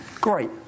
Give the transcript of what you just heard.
great